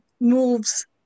moves